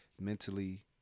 mentally